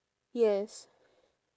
yes